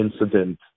incident